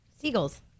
Seagulls